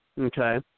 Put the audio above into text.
Okay